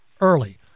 early